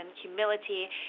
humility